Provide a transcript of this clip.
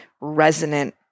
resonant